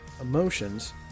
emotions